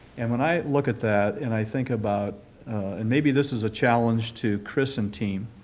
and when i look at that and i think about and maybe this is a challenge to chris and team,